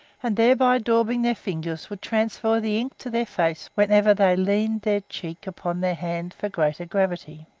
and thereby daubing their fingers, would transfer the ink to their face whenever they leaned their cheek upon their hand for greater gravity.